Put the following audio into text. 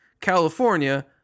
California